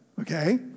okay